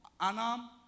Anam